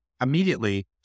immediately